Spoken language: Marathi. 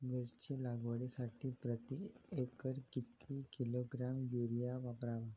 मिरची लागवडीसाठी प्रति एकर किती किलोग्रॅम युरिया वापरावा?